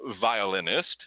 violinist